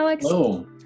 Hello